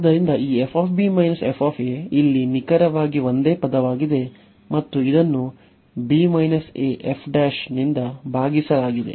ಆದ್ದರಿಂದ ಈ f f ಇಲ್ಲಿ ನಿಖರವಾಗಿ ಒಂದೇ ಪದವಾಗಿದೆ ಮತ್ತು ಇದನ್ನು ನಿಂದ ಭಾಗಿಸಲಾಗಿದೆ